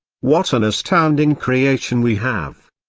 what an astounding creation we have.